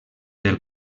del